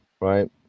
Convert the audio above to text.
right